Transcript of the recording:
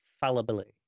fallibility